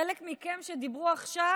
חלק מכם שדיברו עכשיו,